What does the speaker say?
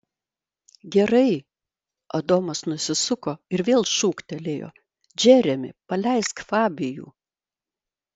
gerai adomas nusisuko ir vėl šūktelėjo džeremi paleisk fabijų